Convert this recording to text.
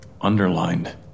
Underlined